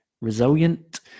resilient